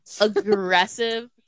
Aggressive